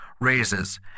raises